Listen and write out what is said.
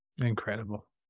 Incredible